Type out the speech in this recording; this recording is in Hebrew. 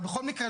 בכל מקרה,